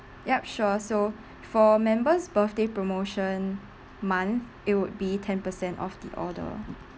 yup sure so for members' birthday promotion month it would be ten percent off the order